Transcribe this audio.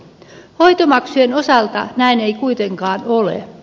hoitomaksujen osalta näin ei kuitenkaan ole